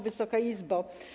Wysoka Izbo!